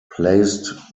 placed